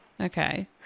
Okay